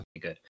good